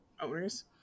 owners